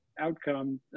outcome